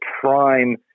prime